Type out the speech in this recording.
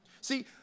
See